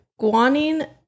Guanine